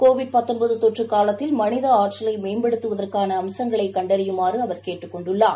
Covid தொற்றுகாலத்தில் மனிதஆற்றலைமேம்படுத்துவதறகானஅம்சங்களைக் கண்டறியுமாறுஅவர் கேட்டுக் கொண்டுள்ளார்